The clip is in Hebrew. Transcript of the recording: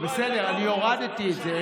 בסדר, אני הורדתי את זה.